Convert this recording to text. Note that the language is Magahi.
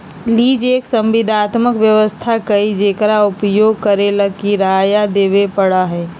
लीज एक संविदात्मक व्यवस्था हई जेकरा उपयोग करे ला किराया देवे पड़ा हई